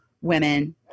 women